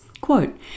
Quote